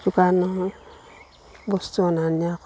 দোকানৰ বস্তু অনা নিয়া কৰে